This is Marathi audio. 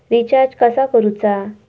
रिचार्ज कसा करूचा?